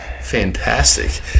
fantastic